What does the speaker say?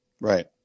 Right